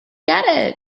get